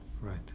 Right